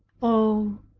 oh,